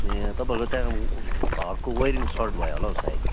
ए तपाईँहरूको त्यहाँ घरको वेइरिङ सर्ट भयो होला हौ सायद